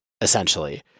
essentially